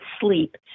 sleep